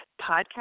Podcast